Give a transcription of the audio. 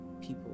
people